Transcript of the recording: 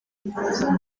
avugana